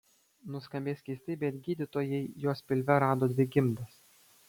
nuskambės keistai bet gydytojai jos pilve rado dvi gimdas